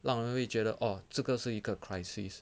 让人会觉得 orh 这个是一个 crisis